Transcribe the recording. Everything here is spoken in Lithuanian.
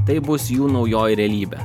tai bus jų naujoji realybė